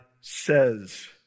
says